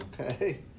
okay